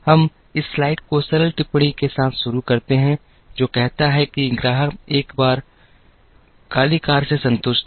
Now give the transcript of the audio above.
हम इस स्लाइड को सरल टिप्पणी के साथ शुरू करते हैं जो कहता है कि ग्राहक एक बार काली कार से संतुष्ट था